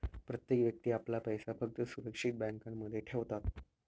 प्रत्येक व्यक्ती आपला पैसा फक्त सुरक्षित बँकांमध्ये ठेवतात